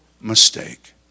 mistake